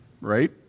right